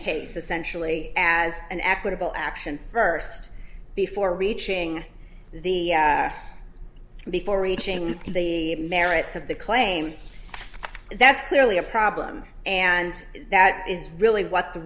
case essentially as an equitable action first before reaching the before reaching the merits of the claim that's clearly a problem and that is really what the